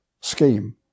scheme